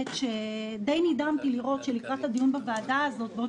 די נדהמתי לראות שלקראת הדיון בוועדה הזאת בעוד